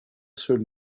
seul